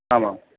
आम् आम्